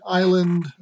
island